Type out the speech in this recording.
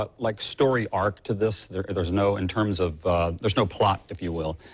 but like, story art to this. there's there's no in terms of there's no plot f you will.